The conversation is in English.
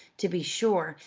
to be sure,